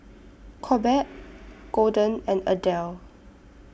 Corbett Golden and Adele